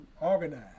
organize